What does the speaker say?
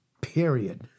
period